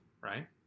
right